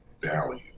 value